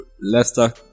Leicester